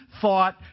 thought